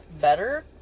better